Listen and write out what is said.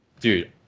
dude